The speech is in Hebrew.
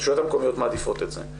הרשויות המקומיות מעדיפות את זה,